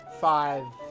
five